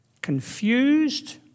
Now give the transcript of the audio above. confused